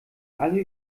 alle